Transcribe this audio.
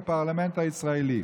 בפרלמנט הישראלי,